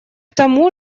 тому